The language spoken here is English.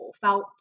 felt